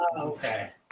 okay